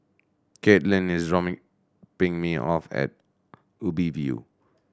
Katlin is drop me me off at Ubi View